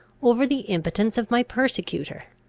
over the impotence of my persecutor.